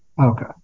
Okay